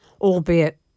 albeit